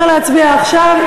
אי-אפשר להצביע עכשיו.